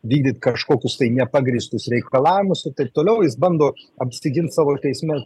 vykdyt kažkokius tai nepagrįstus reikalavimus taip toliau jis bando apsigint savo teisme